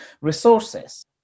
resources